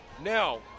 Now